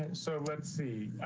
and so let's see.